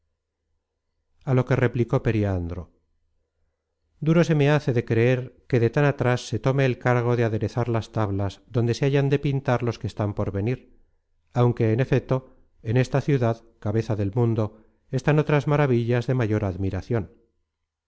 a lo que replicó periandro duro se me hace de creer que de tan atras se tome el cargo de aderezar las tablas donde se hayan de pintar los que están por venir aunque en efeto en esta ciudad cabeza del mundo están otras maravillas de mayor admiracion